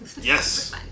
Yes